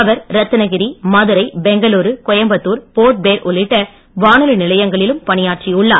அவர் ரத்தனகிரி மதுரை பெங்களுரு கோயம்புத்தூர் போர்ட்பிளேயர் உள்ளிட்ட வானொலி நிலையங்களில் பணியாற்றியுள்ளார்